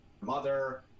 mother